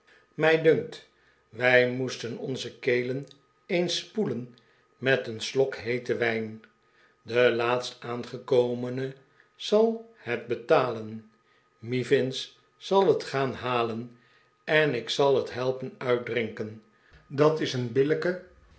mij dunkt wij moesten onze kelen eens spoelen met een slok heeten wijn de laatst aangekomene zal het betalen mivins zal het gaan halen en ik zal het helpen uitdrinken dat is een billijke